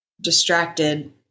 distracted